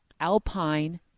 Alpine